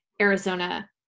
Arizona